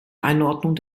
einordnung